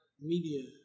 media